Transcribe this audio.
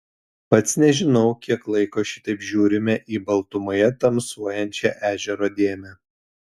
pats nežinau kiek laiko šitaip žiūrime į baltumoje tamsuojančią ežero dėmę